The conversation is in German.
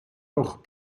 auch